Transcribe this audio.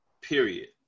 period